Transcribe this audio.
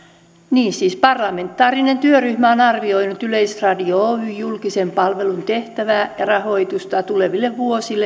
laitaan parlamentaarinen työryhmä on arvioinut yleisradio oyn julkisen palvelun tehtävää ja rahoitusta tuleville vuosille